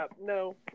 No